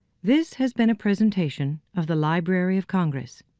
this has been a presentation of the library of congress.